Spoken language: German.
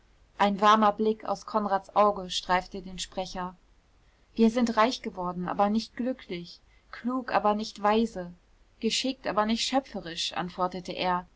ein warmer blick aus konrads auge streifte den sprecher wir sind reich geworden aber nicht glücklich klug aber nicht weise geschickt aber nicht schöpferisch antwortete er